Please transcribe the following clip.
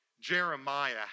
Jeremiah